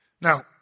Now